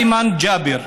איימן ג'אבר,